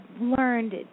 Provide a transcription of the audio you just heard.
learned